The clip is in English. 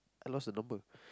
I lost the number